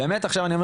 באמת עכשיו,